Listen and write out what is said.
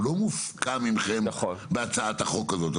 הוא לא מופקע מכם בהצעת החוק הזאת.